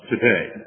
today